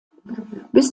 bis